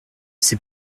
sais